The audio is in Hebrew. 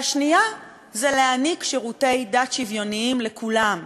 והשנייה היא להעניק שירותי דת שוויוניים לכולם.